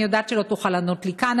אני יודעת שלא תוכל לענות לי כאן,